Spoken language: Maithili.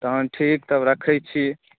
तहन ठीक तब रखैत छी